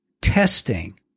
testing